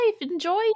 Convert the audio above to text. Enjoy